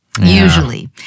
usually